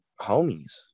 homies